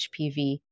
HPV